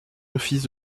office